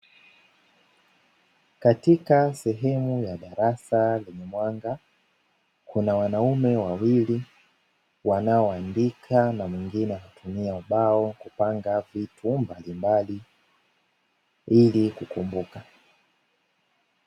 Katika sehemu ya darasa lenye mwanga kuna wanaume wawili wanaoandika, na mwingine kutumia ubao kupanga vitu mbalimbali ili kukumbuka.